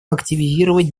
активизировать